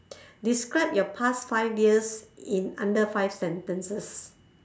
describe your past five years in under five sentences